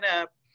up